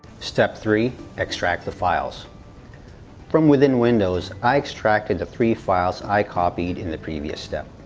step three extract the files from within windows, i extracted the three files i copied in the previous step.